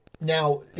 Now